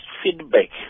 feedback